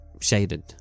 shaded